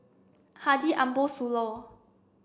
Haji Ambo Sooloh